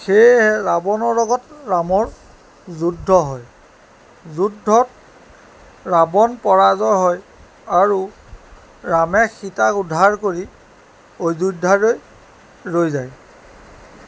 সেয়েহে ৰাৱণৰ লগত ৰামৰ যুদ্ধ হয় যুদ্ধত ৰাৱণ পৰাজয় হয় আৰু ৰামে সীতাক উদ্ধাৰ কৰি অয্যোধ্যালৈ লৈ যায়